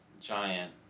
Giant